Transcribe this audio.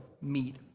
meet